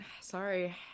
Sorry